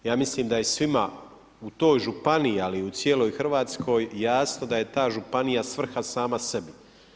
Ja mislim da je svima u toj županiji, ali u cijeloj Hrvatskoj jasno da je ta županija svrha sama sebi.